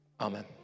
Amen